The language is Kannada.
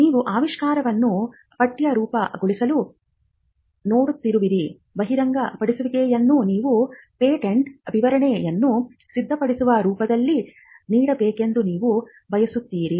ನೀವು ಆವಿಷ್ಕಾರವನ್ನು ಪಠ್ಯರೂಪಗೊಳಿಸಲು ನೋಡುತ್ತಿರುವಿರಿ ಬಹಿರಂಗಪಡಿಸುವಿಕೆಯನ್ನು ನೀವು ಪೇಟೆಂಟ್ ವಿವರಣೆಯನ್ನು ಸಿದ್ಧಪಡಿಸುವ ರೂಪದಲ್ಲಿ ನೀಡಬೇಕೆಂದು ನೀವು ಬಯಸುತ್ತೀರಿ